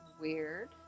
Weird